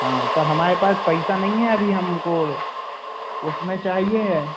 हाँ पर हमारे पास पैसा नहीं है अभी हमको उसमें चाहिए